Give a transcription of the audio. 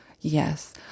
Yes